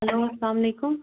hello اَسَلامُ علیکُم